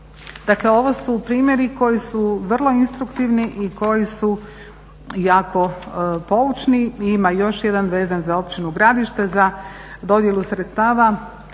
Dakle ovo su primjeri koji su vrlo instruktivni i koji su jako poučni. Ima još jedan vezan za Općinu Gradište za dodjelu sredstava